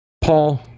Paul